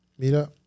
Meetup